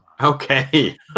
Okay